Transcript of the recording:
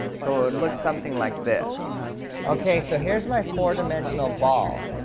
so it looks something like this okay, so here's my four-dimensional ball